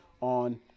on